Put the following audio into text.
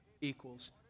equals